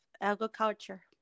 agriculture